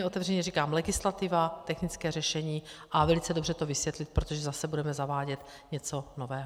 Otevřeně říkám legislativa, technické řešení a velice dobře to vysvětlit, protože zase budeme zavádět něco nového.